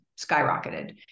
skyrocketed